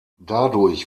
dadurch